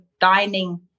dining